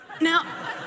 Now